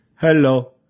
hello